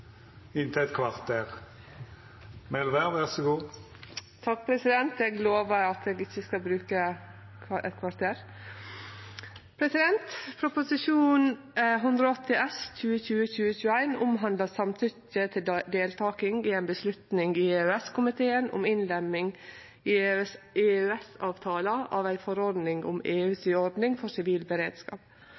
inntil eit kvarter. Eg lovar at eg ikkje skal bruke eit kvarter! Prop. 180 S for 2020–2021 omhandlar samtykke til deltaking i ei avgjerd i EØS-komiteen om innlemming i EØS-avtala av ei forordning om EUs ordning for sivil beredskap.